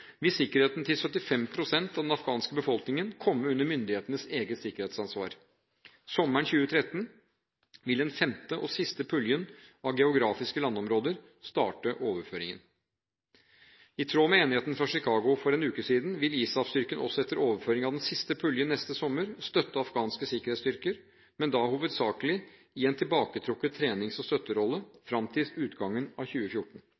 sikkerheten til 75 pst. av den afghanske befolkningen komme under myndighetenes eget sikkerhetsansvar. Sommeren 2013 vil den femte og siste puljen av geografiske landområder starte overføringen. I tråd med enigheten i Chicago for en uke siden vil ISAF-styrken også etter overføring av den siste puljen neste sommer støtte afghanske sikkerhetsstyrker, men da hovedsakelig i en tilbaketrukket trenings- og støtterolle fram til utgangen av 2014.